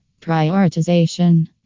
Prioritization